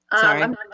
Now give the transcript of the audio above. Sorry